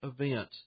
event